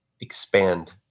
expand